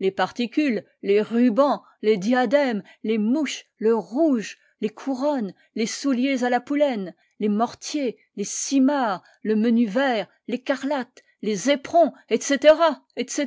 les particules les rubans les diadèmes les mouches le rouge les couronnes les souliers à la poulaine les mortiers les simarres le menu vair l'écarlate les éperons etc etc